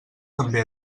també